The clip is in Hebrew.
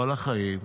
כל החיים